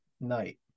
Night